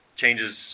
changes